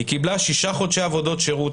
היא קיבלה 6 חודשי עבודות שירות,